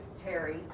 Terry